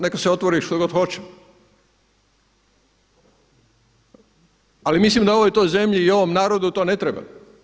Neka se otvori što god hoće, ali mislim da ovoj to zemlji i ovom narodu to ne treba.